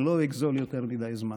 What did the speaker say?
אני לא אגזול יותר מדי זמן.